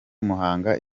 muhanga